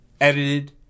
edited